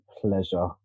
pleasure